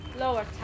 lower